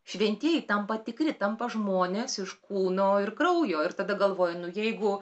šventieji tampa tikri tampa žmonės iš kūno ir kraujo ir tada galvoji nu jeigu